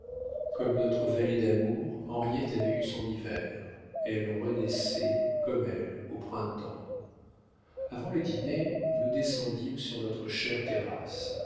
comme notre vallée d'amour henriette avait eu son hiver elle renaissait comme elle au printemps avant le dîner nous descendîmes sur notre chère terrasse